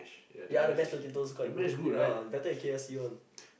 ya the mash potatoes quite good ya better than K_F_C one